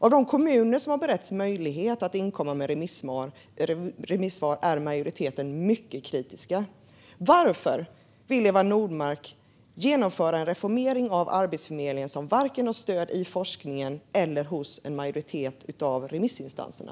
Av de kommuner som har beretts möjlighet att inkomma med remissvar är majoriteten mycket kritiska. Varför vill Eva Nordmark genomföra en reformering av Arbetsförmedlingen som varken har stöd i forskningen eller stöd hos en majoritet av remissinstanserna?